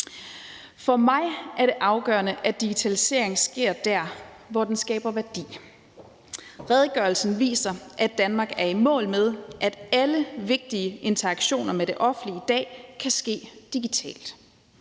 For mig er det afgørende, at digitaliseringen sker der, hvor den skaber værdi. Redegørelsen viser, at Danmark er i mål med, at alle vigtige interaktioner med det offentlige i dag kan ske digitalt.